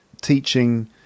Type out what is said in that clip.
teaching